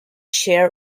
share